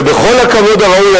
ובכל הכבוד הראוי,